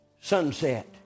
sunset